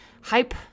hype